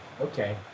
Okay